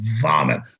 vomit